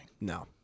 No